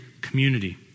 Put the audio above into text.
community